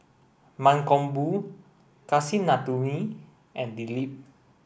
Mankombu Kasinadhuni and Dilip